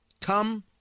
come